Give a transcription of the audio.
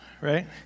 right